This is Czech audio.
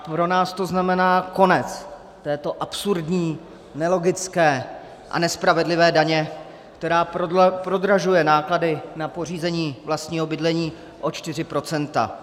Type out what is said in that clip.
Pro nás to znamená konec této absurdní, nelogické a nespravedlivé daně, která prodražuje náklady na pořízení vlastního bydlení o 4 %.